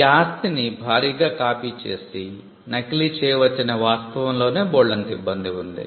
ఈ ఆస్తిని భారీగా కాపీ చేసి నకిలీ చేయవచ్చనే వాస్తవంలోనే బోల్డంత ఇబ్బంది ఉంది